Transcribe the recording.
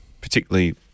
particularly